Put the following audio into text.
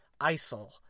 ISIL